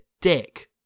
dick